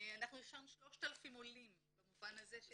יש לנו 3,000 עולים במובן הזה ש-